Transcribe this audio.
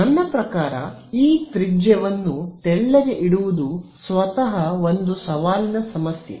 ನನ್ನ ಪ್ರಕಾರ ಈ ತ್ರಿಜ್ಯವನ್ನು ತೆಳ್ಳಗೆ ಇಡುವುದು ಸ್ವತಃ ಒಂದು ಸವಾಲಿನ ಸಮಸ್ಯೆ